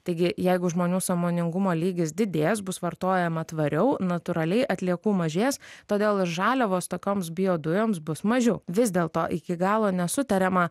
taigi jeigu žmonių sąmoningumo lygis didės bus vartojama tvariau natūraliai atliekų mažės todėl ir žaliavos tokioms biodujoms bus mažiau vis dėlto iki galo nesutariama